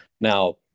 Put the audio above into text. Now